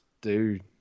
Dude